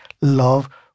love